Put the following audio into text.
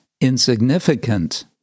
insignificant